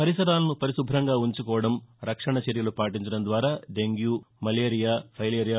పరిసరాలను పరిశుభంగా ఉంచుకోవడం రక్షణచర్యలు పాటించడం ద్వారా డెంగ్యూ మలేరియా పైలేరియా